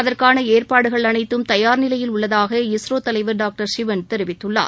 அதற்கான ஏற்பாடுகள் அனைத்தும் தயார் நிலையில் உள்ளதாக இஸ்ரோ தலைவர் டாக்டர் சிவன் தெரிவித்துள்ளார்